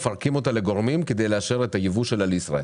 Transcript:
מפרקים אותה לגורמים כדי לאשר את היבוא שלה לישראל.